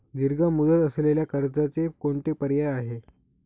दीर्घ मुदत असलेल्या कर्जाचे कोणते पर्याय आहे?